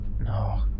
No